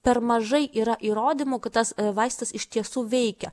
per mažai yra įrodymų kad tas vaistas iš tiesų veikia